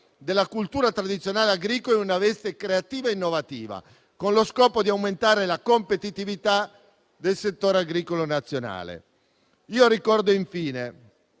della cultura tradizionale agricola in una veste creativa ed innovativa, con lo scopo di aumentare la competitività del settore agricolo nazionale. Ricordo infine